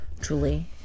Julie